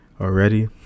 already